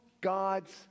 God's